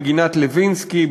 בגינת-לוינסקי,